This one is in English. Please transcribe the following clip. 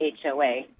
HOA